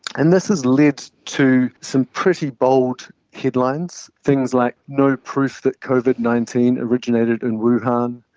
and this has led to some pretty bold headlines, things like no proof that covid nineteen originated in wuhan,